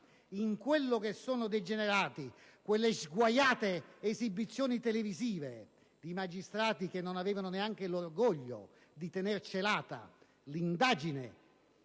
in quello che sono degenerati; in quelle sguaiate esibizioni televisive di magistrati che non avevano neanche l'orgoglio di tener celata l'indagine